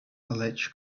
alleged